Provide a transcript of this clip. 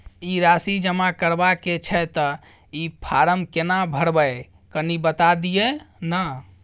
ई राशि जमा करबा के छै त ई फारम केना भरबै, कनी बता दिय न?